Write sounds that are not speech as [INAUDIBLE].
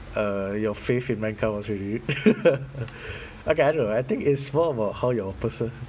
uh your faith in mankind was renewed [LAUGHS] okay I don't know I think it's more about how your person